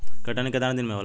कटनी केतना दिन मे होला?